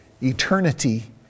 Eternity